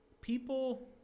People